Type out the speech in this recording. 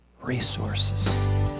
resources